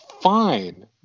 fine